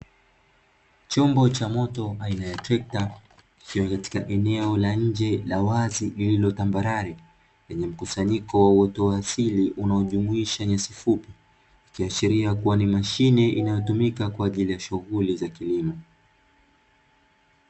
Chombo cha moto aina ya trekta, kikiwa katika eneo la nje la wazi lililotambarare, lenye mkusanyiko wa uoto wa asili unaojumuisha nyasi fupi, ikiashiria kuwa ni mashine inayotumika kwa ajili ya shughuli za kilimo.